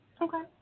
Okay